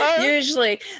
Usually